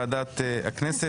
אני פותח את ישיבת ועדת הכנסת,